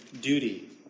duty